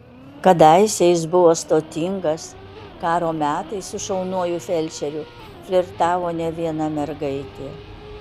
kadaise jis buvo stotingas karo metais su šauniuoju felčeriu flirtavo ne viena mergaitė